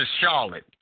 Charlotte